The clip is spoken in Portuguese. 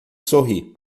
sorri